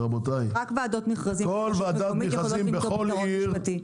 רק ועדות מכרזים בכל רשות מקומית יכולות למצוא פתרון משפטי.